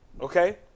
Okay